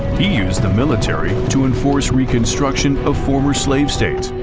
he used the military to enforce reconstruction of former slave states,